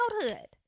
childhood